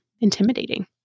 intimidating